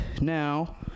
now